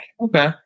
Okay